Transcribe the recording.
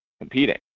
competing